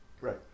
Right